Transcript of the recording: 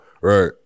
Right